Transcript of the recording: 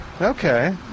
Okay